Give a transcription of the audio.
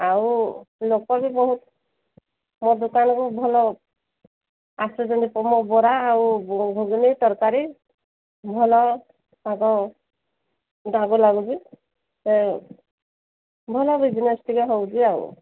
ଆଉ ଲୋକ ବି ବହୁତ ମୋ ଦୋକାନକୁ ଭଲ ଆସୁଛନ୍ତି ମୋ ବରା ଆଉ ଗୁଗୁନୀ ତରକାରୀ ଭଲ ତାଙ୍କ ବାଗ ଲାଗୁଛି ସେ ଭଲ ବିଜନେସ୍ ଟିକିଏ ହେଉଛି ଆଉ